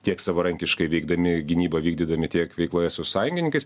tiek savarankiškai veikdami gynybą vykdydami tiek veikloje su sąjungininkais